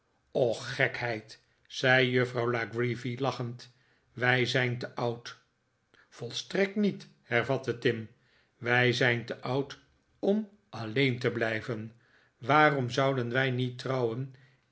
och gekheid zei juffrouw la creevy lachend wij zijn te oud volstrekt niet hervatte tim wij zijn te oud om alleen te blijven waarom zouden wij niet trouwen